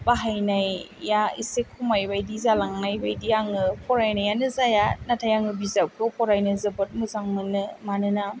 बहायनाइया एसे खमाय बाइदि जालांनाय बाइदि आङो फरायनायानो जाया नाथाइ आङो बिजाबखौ फरायनो जोबोर मोजां मोनो मानोना